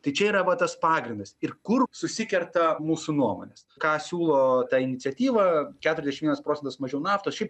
tai čia yra va tas pagrindas ir kur susikerta mūsų nuomonės ką siūlo ta iniciatyva keturiasdešim vienas procentas mažiau naftos šiaip